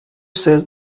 says